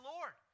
Lord